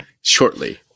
shortly